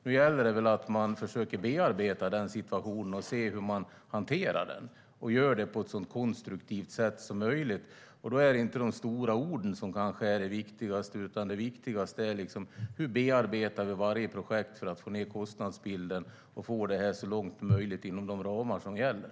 Nu gäller det att man försöker bearbeta den situationen och att man ser hur man hanterar den. Det handlar om att göra det på ett så konstruktivt sätt som möjligt. Då är kanske inte de stora orden det viktigaste, utan det viktigaste är: Hur bearbetar vi varje projekt för att få ned kostnaden och för att få det här så långt som möjligt inom de ramar som gäller?